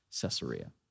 Caesarea